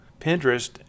Pinterest